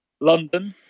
London